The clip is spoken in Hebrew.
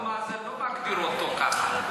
אבן מאזן לא מגדיר אותו ככה.